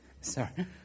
sorry